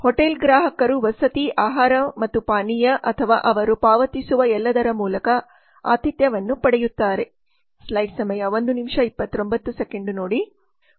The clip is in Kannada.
ಹೋಟೆಲ್ ಗ್ರಾಹಕರು ವಸತಿ ಆಹಾರ ಮತ್ತು ಪಾನೀಯ ಅಥವಾ ಅವರು ಪಾವತಿಸುವ ಎಲ್ಲದರ ಮೂಲಕ ಆತಿಥ್ಯವನ್ನು ಪಡೆಯುತ್ತಾರೆ